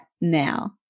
now